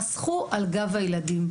חסכו על גב הילדים.